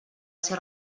ser